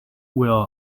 will